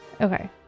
Okay